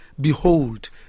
Behold